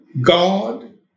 God